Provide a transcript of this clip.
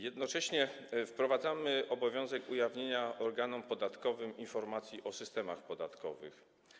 Jednocześnie wprowadzamy obowiązek ujawniania organom podatkowym informacji o systemach podatkowych.